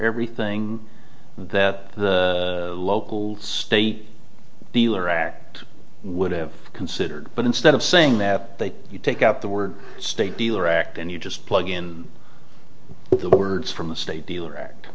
everything that the local state deal or act would have considered but instead of saying that they you take out the word state dealer act and you just plug in the words from the state dealer act